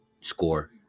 score